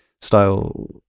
Style